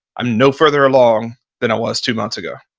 i'm no further along than i was two months ago.